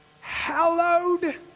hallowed